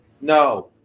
No